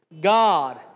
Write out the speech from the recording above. God